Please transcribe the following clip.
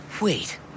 Wait